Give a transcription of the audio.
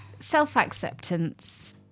Self-acceptance